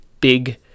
big